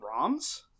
ROMs